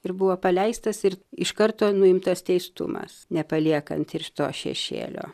ir buvo paleistas ir iš karto nuimtas teistumas nepaliekant ir to šešėlio